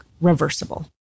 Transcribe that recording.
reversible